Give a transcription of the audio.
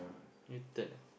Newton ah